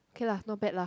okay lah not bad lah